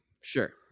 Sure